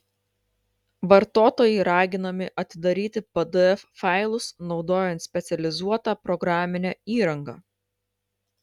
vartotojai raginami atidaryti pdf failus naudojant specializuotą programinę įrangą